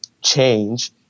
change